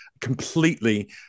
completely